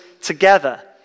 together